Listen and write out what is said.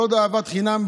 לעוד אהבת חינם,